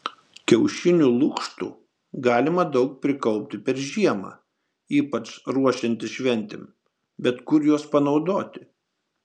kiaušinių lukštų galima daug prikaupti per žiemą ypač ruošiantis šventėms bet kur juos panaudoti